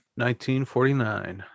1949